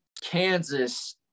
Kansas